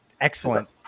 Excellent